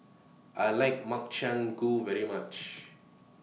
I like Makchang Gui very much